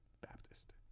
baptist